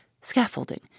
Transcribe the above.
Scaffolding